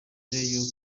y’uko